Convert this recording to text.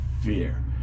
fear